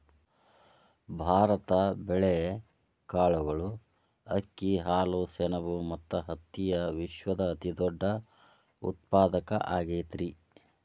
ಭಾರತ ಬೇಳೆ, ಕಾಳುಗಳು, ಅಕ್ಕಿ, ಹಾಲು, ಸೆಣಬ ಮತ್ತ ಹತ್ತಿಯ ವಿಶ್ವದ ಅತಿದೊಡ್ಡ ಉತ್ಪಾದಕ ಆಗೈತರಿ